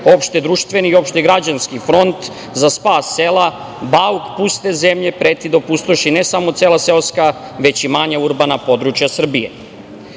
opšte-društveni i opšte-građanski front za spas sela Bauk, Puste zemlje preti da opustoši ne samo cela seoska, već i manja urbana područja Srbije. Iz